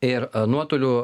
ir nuotoliu